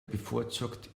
bevorzugt